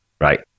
right